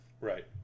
right